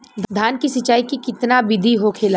धान की सिंचाई की कितना बिदी होखेला?